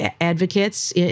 advocates